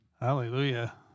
Hallelujah